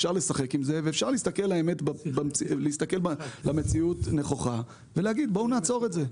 אפשר לשחק עם זה ואפשר להסתכל למציאות נכוחה ולהגיד בואו נעצור את זה.